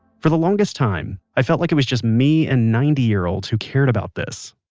for the longest time, i felt like it was just me and ninety year olds who cared about this.